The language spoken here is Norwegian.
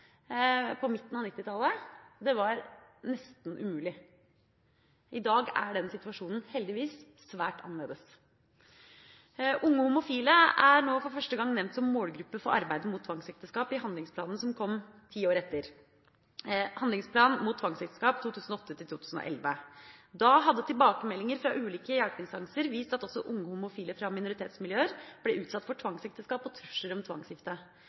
på midten av 1990-tallet. Det var nesten umulig. I dag er den situasjonen heldigvis svært annerledes. Unge homofile er nå for første gang nevnt som målgruppe for arbeidet mot tvangsekteskap i handlingsplanen som kom ti år etter – Handlingsplan mot tvangsekteskap for 2008–2011. Da hadde tilbakemeldinger fra ulike hjelpeinstanser vist at også unge homofile fra minoritetsmiljøer ble utsatt for tvangsekteskap og trusler om